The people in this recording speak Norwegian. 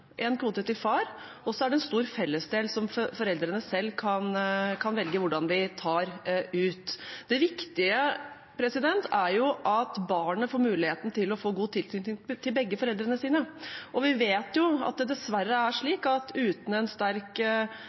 kvote til far, og så er det en stor fellesdel som foreldrene selv kan velge hvordan de tar ut. Det viktige er at barnet får muligheten til å få god tilknytning til begge foreldrene sine. Vi vet at det dessverre er slik at uten en sterk